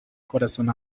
corazón